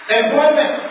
employment